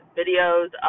videos